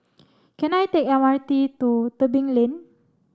can I take M R T to Tebing Lane